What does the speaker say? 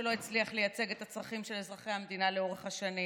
שלא הצליח לייצג את הצרכים של אזרחי המדינה לאורך השנים,